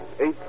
eight